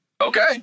okay